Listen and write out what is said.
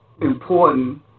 important